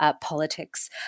politics